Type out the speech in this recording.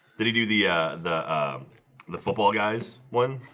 did he do the ah the the football guys one